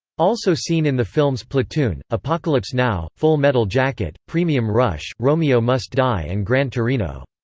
also seen in the films platoon, apocalypse now, full metal jacket, premium rush, romeo must die and gran torino.